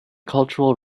cultural